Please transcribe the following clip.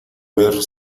ver